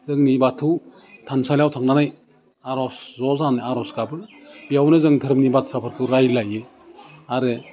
जोंनि बाथौ थानसालियाव थांनानै आर'ज ज' जानानै आर'ज गाबो बेयावनो जों दोहोरोमनि बाथ्राफोरखौ रायलायो आरो